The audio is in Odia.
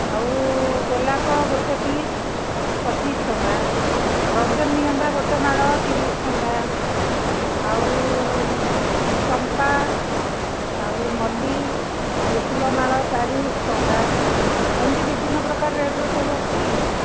ଆଉ ଗୋଲାପ ଗୋଟିଏ ପିସ୍ ପଚିଶ ଟଙ୍କା ରଜନୀଗନ୍ଧା ଗୋଟେ ମାଳ ତିରିଶ ଟଙ୍କା ଆଉ ଚମ୍ପା ଆଉ ମଲ୍ଲି ଏ ଫୁଲମାଳ ଚାଳିଶ ଟଙ୍କା ଏମିତି ବିଭିନ୍ନ ପ୍ରକାର ରେଟ୍ ରେ ସବୁ ଅଛି ଆଉ